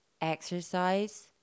exercise